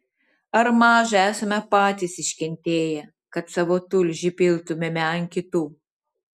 ar maža esame patys iškentėję kad savo tulžį piltumėme ant kitų